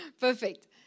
Perfect